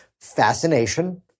Fascination